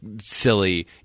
silly